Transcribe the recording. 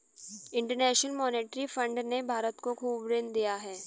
international monetary fund ने भारत को खूब ऋण दिया है